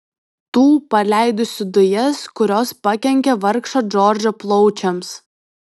tų paleidusių dujas kurios pakenkė vargšo džordžo plaučiams